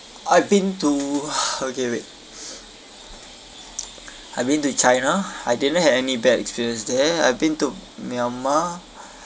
I've been to okay wait I've been to china I didn't have any bad experience there I've been to myanmar